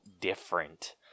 different